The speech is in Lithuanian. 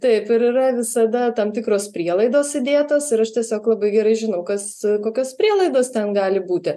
taip ir yra visada tam tikros prielaidos įdėtos ir aš tiesiog labai gerai žinau kas kokios prielaidos ten gali būti